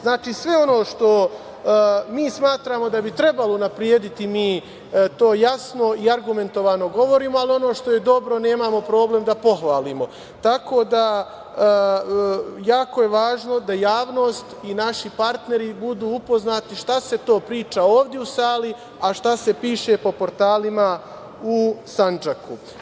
Znači, sve ono što mi smatramo da bi trebalo unaprediti, mi to jasno i argumentovano govorimo, ali ono što je dobro nemamo problem da pohvalimo, tako da je jako je važno da javnost i naši partneri budu upoznati šta se to priča ovde u sali, a šta se piše po portalima u Sandžaku.